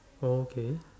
okay